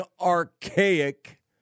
archaic